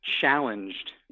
challenged